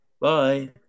Bye